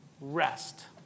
Rest